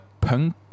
punk